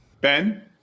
Ben